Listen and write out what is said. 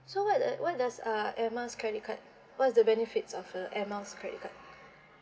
so what the what does uh air miles credit card what's the benefits of the air miles credit card